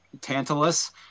Tantalus